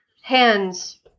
hands